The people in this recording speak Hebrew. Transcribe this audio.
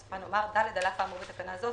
בסופה נאמר: "(ד) על אף האמור בתקנה זו,